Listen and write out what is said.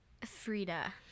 Frida